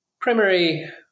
primary